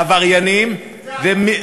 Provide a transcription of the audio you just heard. העבריינים, זה אתה.